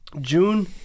June